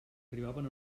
arribaven